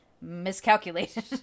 miscalculated